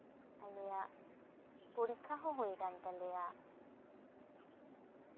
ᱟᱞᱮᱭᱟᱜ ᱯᱚᱨᱤᱠᱠᱷᱟ ᱦᱚᱸ ᱦᱩᱭ ᱠᱟᱱ ᱛᱟᱞᱮᱭᱟ